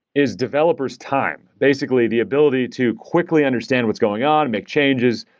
is developers time. basically, the ability to quickly understand what's going on and make changes,